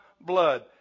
blood